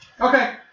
Okay